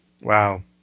Wow